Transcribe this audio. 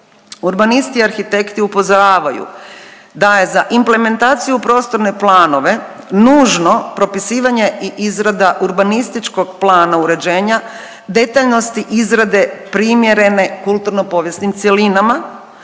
Urbanisti i arhitekti upozoravaju da je za implementaciju u prostorne planove nužno propisivanje i izrada urbanističkog plana uređenja detaljnosti izrade primjerene kulturno-povijesnim cjelinama,